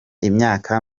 imyaka